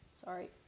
Sorry